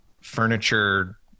furniture